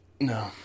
No